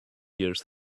years